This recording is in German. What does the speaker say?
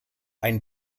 ein